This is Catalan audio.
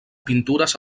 pintures